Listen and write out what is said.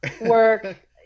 work